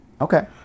Okay